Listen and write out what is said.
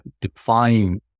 define